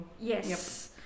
yes